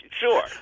sure